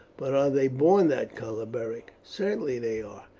but are they born that colour, beric? certainly they are.